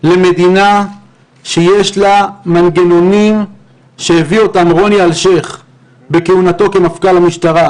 למדינה שיש לה מנגנונים שהביא אותם רוני אלשיך בכהונתו כמפכ"ל המשטרה,